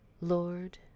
Lord